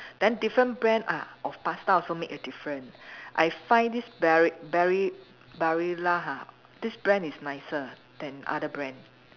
then different brand ah of pasta also make a different I find this Bari~ Bari~ Barilla ha this brand is nicer than other brand